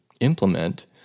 implement